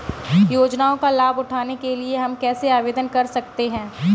योजनाओं का लाभ उठाने के लिए हम कैसे आवेदन कर सकते हैं?